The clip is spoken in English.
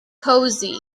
cosy